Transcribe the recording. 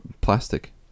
plastic